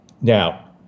now